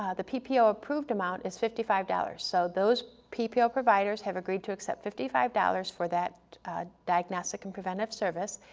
the ppo approved amount is fifty five dollars, so those ppo providers have agreed to accept fifty five dollars for that diagnostic and preventative service,